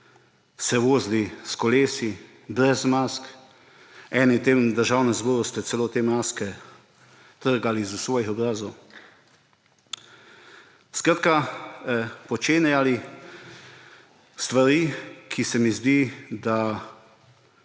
se vozili s kolesi brez mask, eni v tem državnem zboru ste celo te maske trgali s svojih obrazov, skratka počenjali stvari, za katere se mi zdi, da